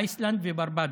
איסלנד וברבדוס.